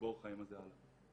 הגיבור חיים הזה הלאה.